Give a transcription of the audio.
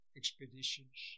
expeditions